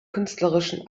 künstlerischen